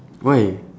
why